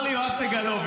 אמר לי יואב סגלוביץ',